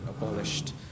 abolished